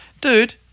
dude